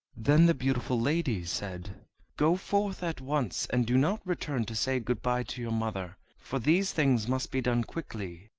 then the beautiful lady said go forth at once, and do not return to say good-by to your mother, for these things must be done quickly,